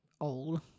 old